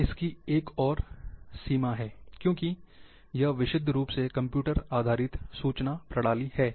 यह इसकी एक और सीमा है क्योंकि यह विशुद्ध रूप से कंप्यूटर आधारित सूचना प्रणाली है